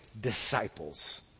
disciples